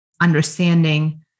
understanding